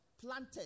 planted